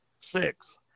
Six